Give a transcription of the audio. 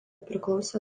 priklausė